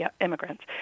immigrants